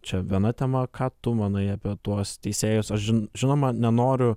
čia viena tema ką tu manai apie tuos teisėjus aš žinoma nenoriu